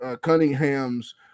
Cunningham's